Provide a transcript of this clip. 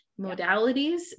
modalities